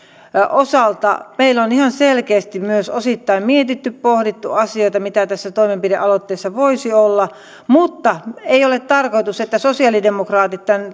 osalta meillä on ihan selkeästi myös mietitty pohdittu asioita mitä tässä toimenpideohjelmassa voisi olla mutta ei ole tarkoitus että sosiaalidemokraatit tämän